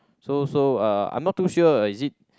so so uh I'm not too sure is it